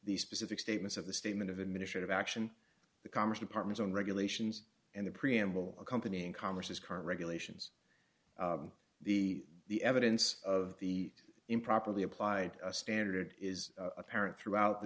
the specific statements of the statement of administrative action the commerce department on regulations and the preamble accompanying congress current regulations the the evidence of the improperly applied a standard is apparent throughout the